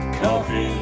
coffee